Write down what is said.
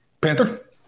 Panther